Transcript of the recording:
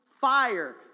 fire